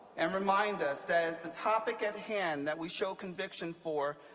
and remind us that it's the topic at hand that we show conviction for,